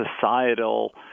societal